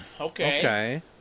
Okay